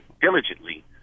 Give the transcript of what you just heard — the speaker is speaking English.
diligently